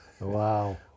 Wow